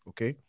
Okay